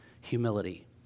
humility